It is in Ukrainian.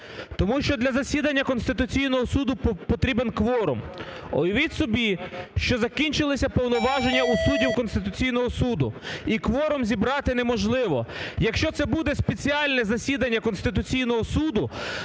Тому що для засідання Конституційного Суду потрібен кворум. Уявіть собі, що закінчилися повноваження у суддів Конституційного Суду і кворум зібрати неможливо, якщо це буде спеціальне засідання Конституційного Суду,